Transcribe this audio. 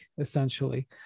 essentially